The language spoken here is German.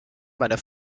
meiner